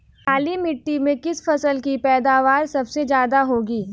काली मिट्टी में किस फसल की पैदावार सबसे ज्यादा होगी?